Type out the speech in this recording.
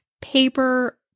paper